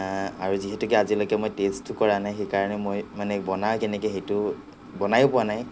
আৰু যিহেতুকে আজিলৈকে মই টেষ্টও কৰা নাই সেইকাৰণে মই মানে বনাই কেনেকে সেইটো বনাইও পোৱা নাই